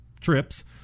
trips